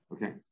Okay